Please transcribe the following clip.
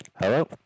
Hello